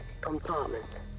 compartment